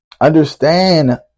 Understand